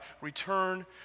Return